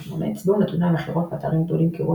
2008 הצביעו נתוני המכירות באתרים גדולים כגון